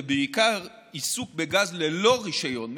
ובעיקר עיסוק בגז ללא רישיון,